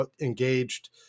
engaged